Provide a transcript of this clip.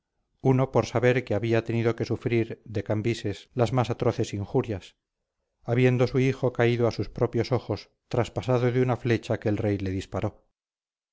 uno por saber que había tenido que sufrir de cambises las más atroces injurias habiendo su hijo caído a sus propios ojos traspasado de una flecha que el rey te disparó